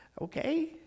okay